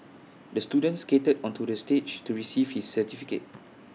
the student skated onto the stage to receive his certificate